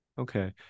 Okay